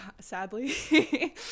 Sadly